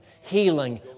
Healing